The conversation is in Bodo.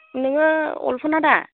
नोङो अलफ'ना दा